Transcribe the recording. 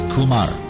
Kumar